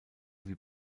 wie